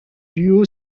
duo